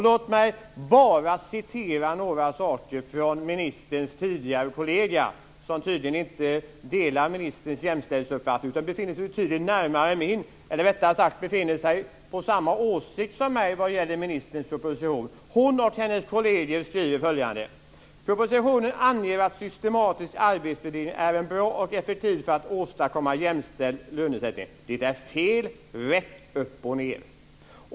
Låt mig bara återge några saker från ministerns tidigare kollega, som tydligen inte delar ministerns jämställdhetsuppfattning. Hon befinner sig i stället betydligt närmare min, eller hon befinner sig rättare sagt på samma åsikt som jag vad gäller ministerns proposition. Hon och hennes kolleger skriver följande: "Propositionen anger att systematisk arbetsvärdering är en bra och effektiv metod för att åstadkomma jämställd lönesättning. Det är fel, rätt upp och ner.